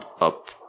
up